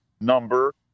number